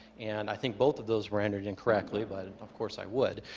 and i think both of those were entered incorrectly, but of course, i would.